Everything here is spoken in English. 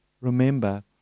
remember